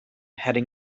heading